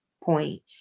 point